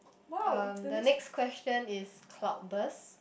um the next question is cloud burst